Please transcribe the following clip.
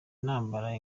nambara